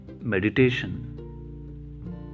Meditation